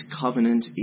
covenant